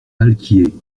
alquier